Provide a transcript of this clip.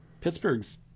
Pittsburgh's